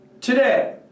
today